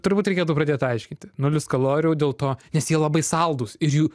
turbūt reikėtų pradėt aiškinti nulis kalorijų dėl to nes jie labai saldūs ir jų